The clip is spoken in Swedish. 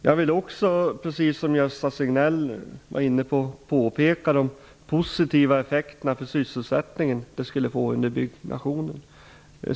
Jag vill också påpeka -- det var även Gösta Signell inne på -- de positiva effekter som detta skulle få för sysselsättningen under byggnationen.